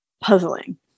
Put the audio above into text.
puzzling